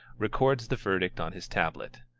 records the verdict on his tablet.